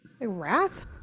Wrath